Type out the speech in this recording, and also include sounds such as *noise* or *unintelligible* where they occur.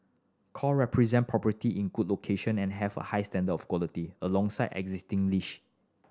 core represent property in good location and have a high standard of quality alongside existing *unintelligible*